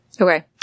Okay